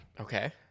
Okay